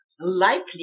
likely